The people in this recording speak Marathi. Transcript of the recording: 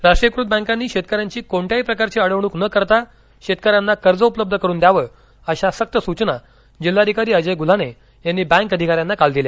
राष्ट्रीयकृत बँकांनी शेतकऱ्यांची कोणत्याही प्रकारची अडवणूक न करता शेतकऱ्यांना कर्ज उपलब्ध करून द्यावे अशा सक्त सूचना जिल्हाधिकारी अजय गुल्हाने यांनी बँक अधिकाऱ्यांना काल दिल्या